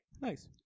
Nice